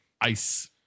ice